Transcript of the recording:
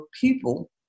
people